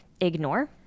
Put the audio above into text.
ignore